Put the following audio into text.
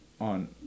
on